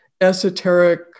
esoteric